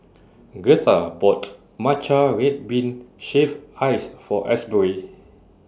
Gertha bought Matcha Red Bean Shaved Ice For Asbury